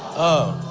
oh